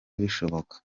bishoboka